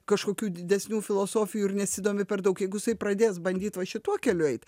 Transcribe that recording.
kažkokių didesnių filosofijų ir nesidomi per daug jeigu jisai pradės bandyt va šituo keliu eit